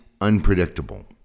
unpredictable